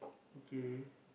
okay